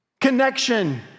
connection